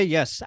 Yes